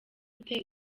ute